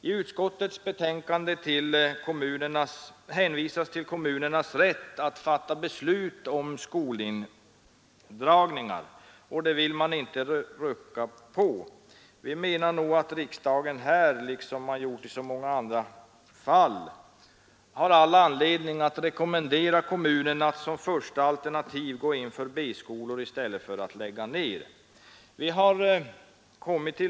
I utskottets betänkande hänvisas till kommunernas rätt att fatta beslut om skolindragningar. Den vill man inte rucka på. Vi menar att riksdagen har all anledning att — liksom den gjort i så många andra fall — rekommendera kommunerna att som första alternativ gå in för B-skolor i stället för att lägga ner skolenheter.